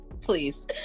Please